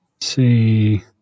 see